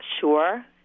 sure